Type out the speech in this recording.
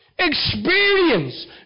experience